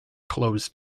closed